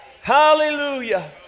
Hallelujah